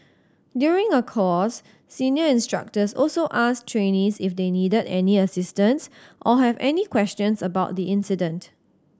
during a course senior instructors also asked trainees if they needed any assistance or have any questions about the incident